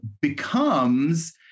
becomes